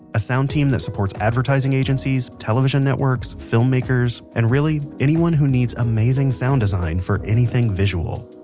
a sound team that supports advertising agencies, television networks, filmmakers, and really, anyone who needs amazing sound design for anything visual.